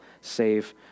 save